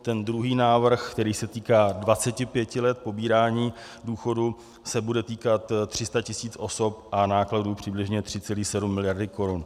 Ten druhý návrh, který se týká 25 let pobírání důchodu, se bude týkat 300 tis. osob a nákladů přibližně 3,7 mld. korun.